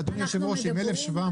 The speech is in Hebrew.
ש אושרו ובשלבים שונים של הגעה לכאן?